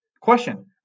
Question